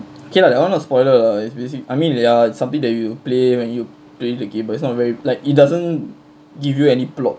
okay lah that one not spoiler lah it's basic I mean they are something that you play when you play the game but is not very like it doesn't give you any plot